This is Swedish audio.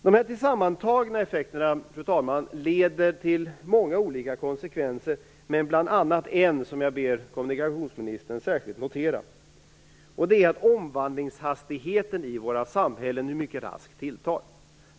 De här tillsammantagna effekterna, fru talman, leder till många olika konsekvenser, men bl.a. en som jag ber kommunikationsministern särskilt notera: Omvandlingshastigheten i våra samhällen tilltar nu mycket raskt.